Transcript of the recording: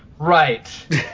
Right